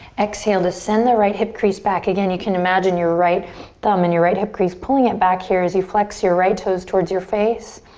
exhale to send the right hip crease back. again, you can imagine your right thumb in and your right hip crease pulling it back here as you flex your right toes towards your face.